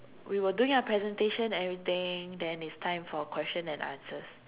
we were doing our presentation and everything then it's time for question and answers